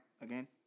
again